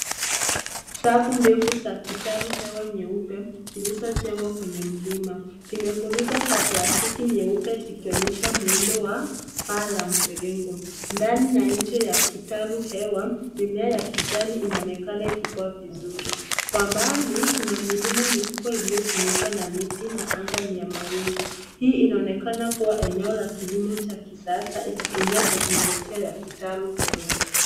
Safu ndefu za kitaru hewa nyeupe zilizojengwa kwenye mlima zimefunikwa kwa plastiki nyeupe zikionyesha muundo wa paa la mviringo. Ndani na nje ya kitaru hewa, mimea ya kijani inaonekana ikikua vizuri. Kwa mbali kuna milima mikubwa iliyofunikwa na miti na anga ni ya mawingu. Hii inaonekana kuwa eneo la kilimo cha kisasa ikitumia teknolojia ya kitaru hewa.